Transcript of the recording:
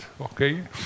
okay